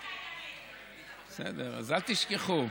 בסדר, אז אל תשכחו.